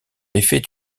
l’effet